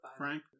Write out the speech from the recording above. frank